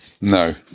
No